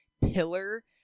pillar